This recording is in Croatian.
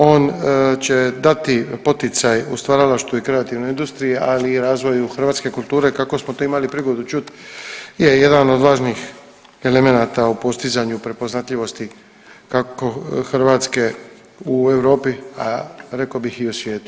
On će dati poticaj u stvaralaštvu i kreativnoj industriji, ali i razvoju hrvatske kulture kako smo to imali prigodu čuti je jedan od važnih elemenata u postizanju prepoznatljivosti kako Hrvatske u Europi, a rekao bih i u svijetu.